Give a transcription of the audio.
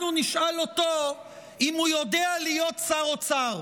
אנחנו נשאל אותו אם הוא יודע להיות שר אוצר,